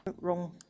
wrong